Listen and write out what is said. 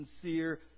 sincere